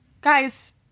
Guys